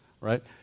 right